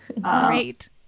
Great